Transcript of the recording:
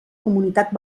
comunitat